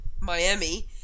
miami